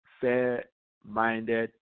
fair-minded